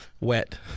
Wet